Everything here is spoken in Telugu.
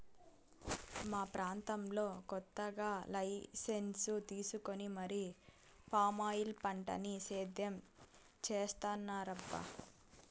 మా ప్రాంతంలో కొత్తగా లైసెన్సు తీసుకొని మరీ పామాయిల్ పంటని సేద్యం చేత్తన్నారబ్బా